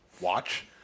watch